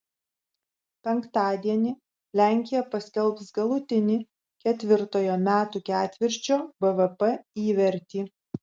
penktadienį lenkija paskelbs galutinį ketvirtojo metų ketvirčio bvp įvertį